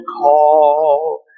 call